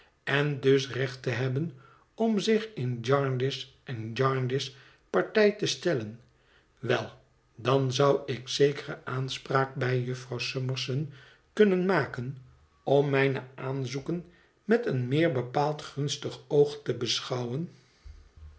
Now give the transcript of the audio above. en dus recht te hebben om zich in jarndyce en jarndyce partij te stellen wel dan zou ik zékéré aanspraak bij jufvrouw summerson kunnen maken om mijne aanzoeken met een meer bepaald gunstig oog te beschouwen